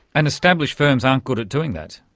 and established firms aren't good at doing that.